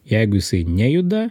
jeigu jisai nejuda